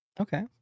okay